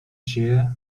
چیه